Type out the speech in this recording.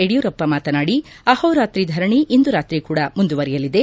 ಯಡಿಯೂರಪ್ಪ ಮಾತನಾಡಿ ಅಹೋರಾತ್ರಿ ಧರಣಿ ಇಂದು ರಾತ್ರಿ ಕೂಡ ಮುಂದುವರಿಯಲಿದೆ